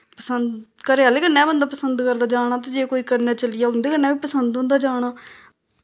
पसंद घरै आह्ले कन्नै गै बंदा पसंद करदा जाना ते जे कोई कन्नै चली जाओ ते उंदे कन्नै बी पसंद होंदा जाना